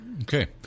Okay